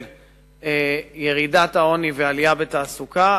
יעד של ירידת העוני ועלייה בתעסוקה.